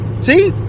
See